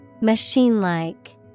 Machine-like